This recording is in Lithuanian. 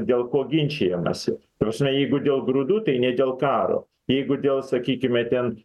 dėl ko ginčijamasi ta prasme jeigu dėl grūdų tai ne dėl karo jeigu dėl sakykime ten